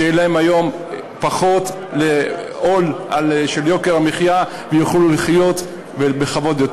שיהיה להם היום פחות עול של יוקר המחיה ויוכלו לחיות יותר בכבוד.